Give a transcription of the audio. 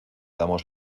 damos